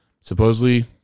supposedly